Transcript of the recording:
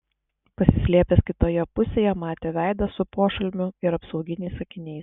pasislėpęs kitoje pusėje matė veidą su pošalmiu ir apsauginiais akiniais